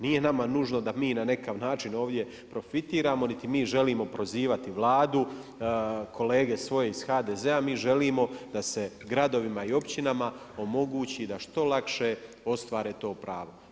Nije nama nužno da mi na nekakav način ovdje profitiramo niti mi želim prozivati Vladu, kolege svoje iz HDZ-a, mi želimo da se gradovima i općinama omogući da što lakše ostvare to pravo.